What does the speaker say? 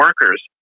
workers